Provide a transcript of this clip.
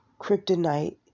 Kryptonite